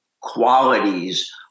qualities